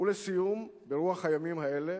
לסיום, ברוח הימים האלה: